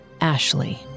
Ashley